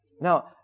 now